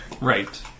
Right